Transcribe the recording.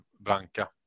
Branca